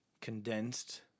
condensed